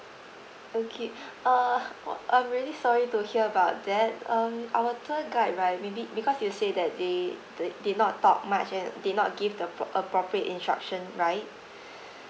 okay err uh I'm really sorry to hear about that um our tour guide right maybe because you say that they did did not talk much and did not give the pro~ appropriate instruction right